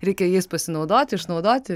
reikia jais pasinaudoti išnaudoti